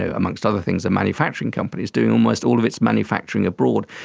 ah amongst other things, a manufacturing company, is doing almost all of its manufacturing abroad.